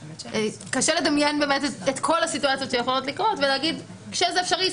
קשה לדמיין את כל הסיטואציות שיכולות לקרות ולומר כאשר זה אפשרי.